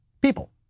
people